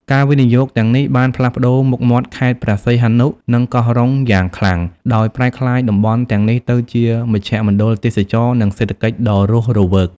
ការវិនិយោគទាំងនេះបានផ្លាស់ប្ដូរមុខមាត់ខេត្តព្រះសីហនុ និងកោះរ៉ុងយ៉ាងខ្លាំង ដោយប្រែក្លាយតំបន់ទាំងនេះទៅជាមជ្ឈមណ្ឌលទេសចរណ៍ និងសេដ្ឋកិច្ចដ៏រស់រវើក។